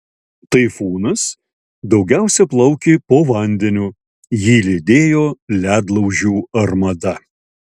taifūnas daugiausia plaukė po vandeniu jį lydėjo ledlaužių armada